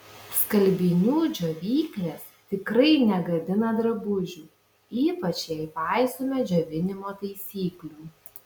skalbinių džiovyklės tikrai negadina drabužių ypač jei paisome džiovinimo taisyklių